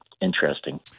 interesting